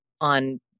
on